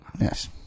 Yes